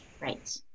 right